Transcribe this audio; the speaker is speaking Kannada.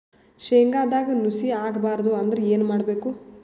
ಶೇಂಗದಾಗ ನುಸಿ ಆಗಬಾರದು ಅಂದ್ರ ಏನು ಮಾಡಬೇಕು?